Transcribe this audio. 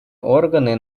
органы